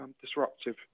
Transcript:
disruptive